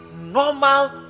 normal